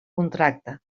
contracte